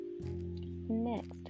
next